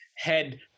Head